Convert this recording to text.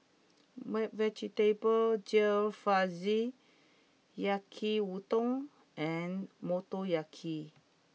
Vegetable Jalfrezi Yaki udon and Motoyaki